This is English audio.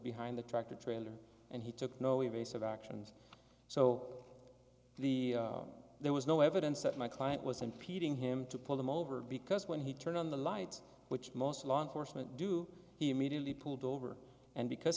behind the tractor trailer and he took no evasive actions so the there was no evidence that my client was impeding him to pull them over because when he turned on the light which most law enforcement do he immediately pulled over and because